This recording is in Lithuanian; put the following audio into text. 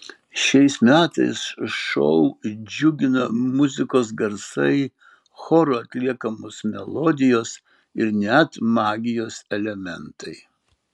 šiais metais šou džiugina muzikos garsai choro atliekamos melodijos ir net magijos elementai